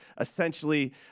essentially